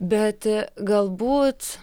bet galbūt